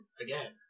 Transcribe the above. Again